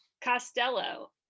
Costello